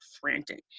frantic